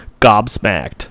gobsmacked